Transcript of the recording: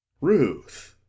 Ruth